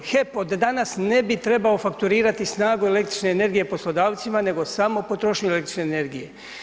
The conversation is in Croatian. HEP od danas ne bi trebao fakturirati snagu električne energije poslodavcima, nego samo potrošnju električne energije.